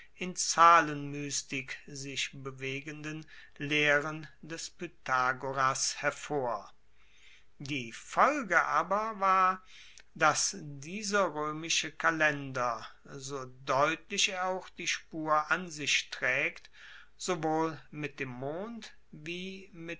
in zahlenmystik sich bewegenden lehren des pythagoras hervor die folge aber war dass dieser roemische kalender so deutlich er auch die spur an sich traegt sowohl mit dem mond wie